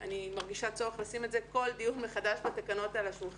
אני מרגישה צורך לשים את זה כל דיון בתקנות על השולחן.